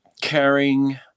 caring